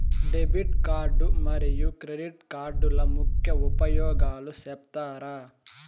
Debit card మరియు credit కార్డుల ముఖ్య ఉపయోగాలు సెప్తారా?